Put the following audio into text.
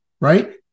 right